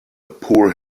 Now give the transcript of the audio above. poor